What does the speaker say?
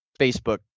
Facebook